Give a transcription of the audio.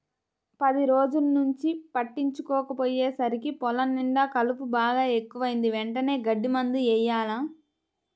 పది రోజుల్నుంచి పట్టించుకోకపొయ్యేసరికి పొలం నిండా కలుపు బాగా ఎక్కువైంది, వెంటనే గడ్డి మందు యెయ్యాల